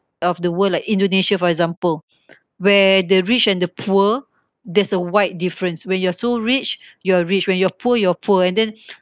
of the world like Indonesia for example where the rich and the poor there's a wide difference when you're so rich you are rich when you're poor you're poor and then